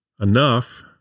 enough